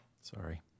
sorry